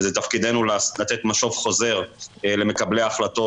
וזה תפקידנו לתת משוב חוזר למקבלי ההחלטות,